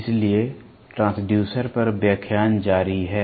इसलिए ट्रांसड्यूसर पर व्याख्यान जारी है